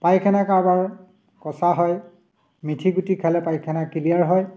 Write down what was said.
পায়খানা কাৰোবাৰ কচা হয় মিথি গুটি খালে পায়খানা ক্লিয়াৰ হয়